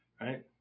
right